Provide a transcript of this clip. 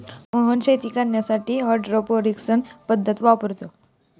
मोहन शेती करण्यासाठी हायड्रोपोनिक्स पद्धत वापरतो